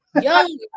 Young